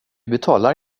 betalar